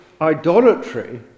idolatry